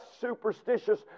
superstitious